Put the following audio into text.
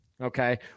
Okay